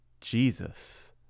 Jesus